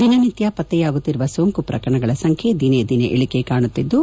ದಿನನಿತ್ದ ಪತ್ತೆಯಾಗುತ್ತಿರುವ ಸೋಂಕು ಪ್ರಕರಣಗಳ ಸಂಖ್ಡೆ ದಿನೇದಿನೆ ಇಳಕೆ ಕಾಣುತ್ತಿದ್ದು